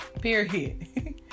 Period